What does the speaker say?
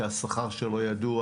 שהשכר שלו ידוע